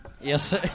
Yes